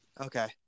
Okay